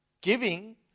Giving